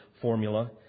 formula